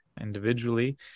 individually